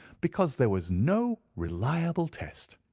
because there was no reliable test.